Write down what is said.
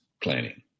planning